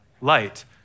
light